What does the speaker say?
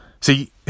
See